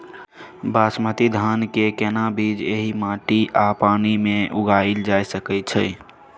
बासमती धान के केना बीज एहि माटी आ पानी मे उगायल जा सकै छै?